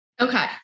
Okay